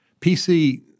PC